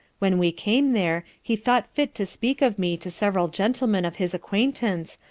when we came there, he thought fit to speak of me to several gentlemen of his acquaintance,